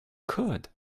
could